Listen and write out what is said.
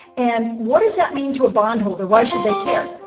and what does that mean to a bondholder? why should they care?